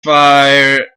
fire